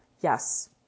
Yes